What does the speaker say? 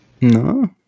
No